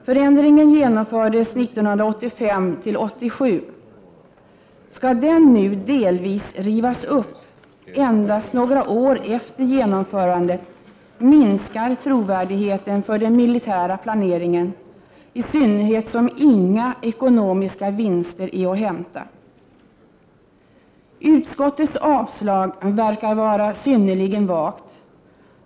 Förändringen genomfördes 1985-1987. Om den nu delvis skall rivas upp, endast några år efter genomförandet, minskar trovärdigheten för den militära planeringen, i synnerhet som inga ekonomiska vinster är att hämta. Utskottets avstyrkan verkar vara synnerligen vag.